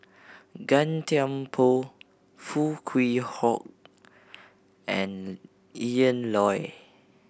Gan Thiam Poh Foo Kwee Horng and Ian Loy